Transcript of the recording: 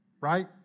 right